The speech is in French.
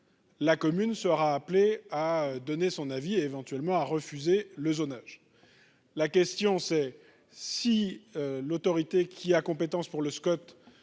la commune sera appelée à donner son avis, et éventuellement à refuser le zonage. La question est la suivante : si l'autorité qui a compétence pour le Scot